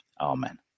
Amen